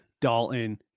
Dalton